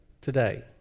today